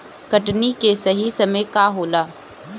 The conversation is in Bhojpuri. कटनी के सही समय का होला?